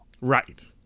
right